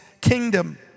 kingdom